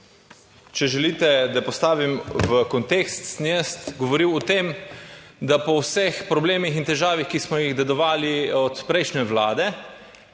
Če želite, da postavim v kontekst, sem jaz govoril o tem, da po vseh problemih in težavah, ki smo jih dedovali od prejšnje Vlade,